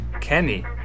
Kenny